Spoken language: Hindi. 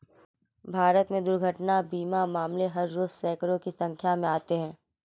भारत में दुर्घटना बीमा मामले हर रोज़ सैंकडों की संख्या में आते हैं